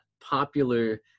popular